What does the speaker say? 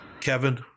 Kevin